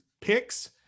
picks